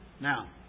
Now